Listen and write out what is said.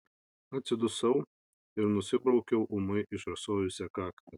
atsidusau ir nusibraukiau ūmai išrasojusią kaktą